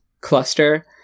cluster